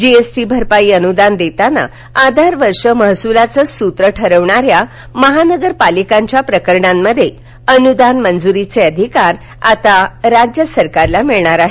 GST भरपाई अनुदान देताना आधार वर्ष महसुलाच सूत्र ठरवणाऱ्या महानगरपालिकांच्या प्रकरणामध्ये अनुदान मंजुरीचे अधिकार आता राज्य सरकारला मिळणार आहे